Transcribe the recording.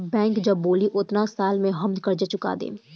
bank जब बोली ओतना साल में हम कर्जा चूका देम